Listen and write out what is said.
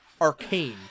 Arcane